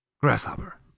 Grasshopper